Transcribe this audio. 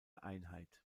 einheit